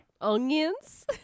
Onions